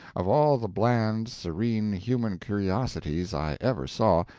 of all the bland, serene human curiosities i ever saw,